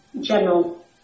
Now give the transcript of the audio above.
general